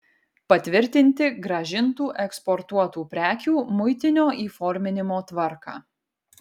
patvirtinti grąžintų eksportuotų prekių muitinio įforminimo tvarką